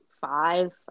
Five